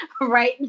right